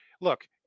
look